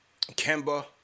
kemba